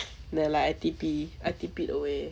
no lah I T_P I T_P away